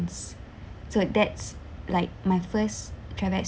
so that's like my first travel experience